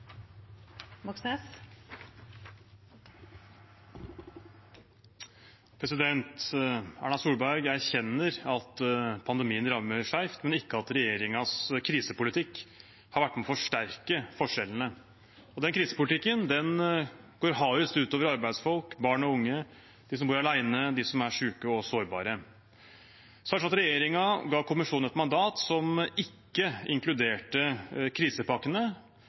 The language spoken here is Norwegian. Erna Solberg erkjenner at pandemien rammer skjevt, men ikke at regjeringens krisepolitikk har vært med på å forsterke forskjellene. Og den krisepolitikken går hardest ut over arbeidsfolk, barn og unge, de som bor alene, de som er syke og sårbare. Regjeringen ga kommisjonen et mandat som ikke inkluderte krisepakkene.